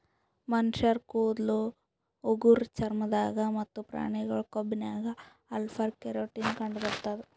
ಮನಶ್ಶರ್ ಕೂದಲ್ ಉಗುರ್ ಚರ್ಮ ದಾಗ್ ಮತ್ತ್ ಪ್ರಾಣಿಗಳ್ ಕೊಂಬಿನಾಗ್ ಅಲ್ಫಾ ಕೆರಾಟಿನ್ ಕಂಡಬರ್ತದ್